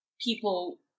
people